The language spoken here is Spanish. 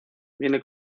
viene